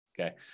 Okay